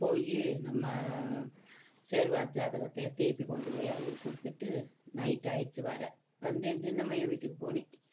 போய் நம்ம சேருவார் ஜாதகத்தை திருப்பி கொண்டுப்போய் அவருக்கு கொடுத்துட்டு நைட்டாகிடுச்சு வர வந்து என் சின்ன மகன் வீட்டு போனேன்